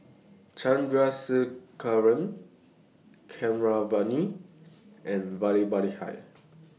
Chandrasekaran Keeravani and Vallabhbhai